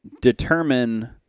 determine